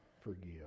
forgive